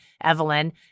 Evelyn